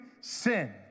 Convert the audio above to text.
sin